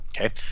Okay